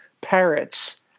Parrots